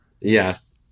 Yes